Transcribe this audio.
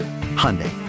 Hyundai